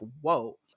whoa